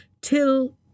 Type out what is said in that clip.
till